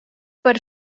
per